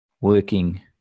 Working